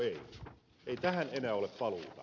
ei tähän enää ole paluuta